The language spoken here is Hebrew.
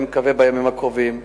אני מקווה בימים הקרובים.